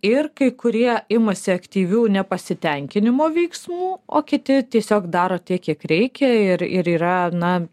ir kai kurie imasi aktyvių nepasitenkinimo veiksmų o kiti tiesiog daro tiek kiek reikia ir ir yra na